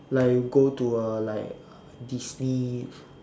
like you go to uh like disney